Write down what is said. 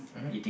mmhmm